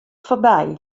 foarby